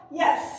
yes